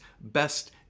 best